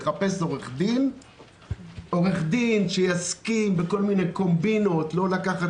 למצוא עורך דין שיסכים בכל מיני קומבינות לא לקחת